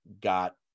got